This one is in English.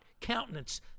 countenance